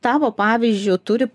tavo pavyzdžiu turi